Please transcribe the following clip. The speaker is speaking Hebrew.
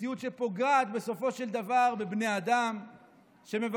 זו מציאות שפוגעת בסופו של דבר בבני אדם שמבקשים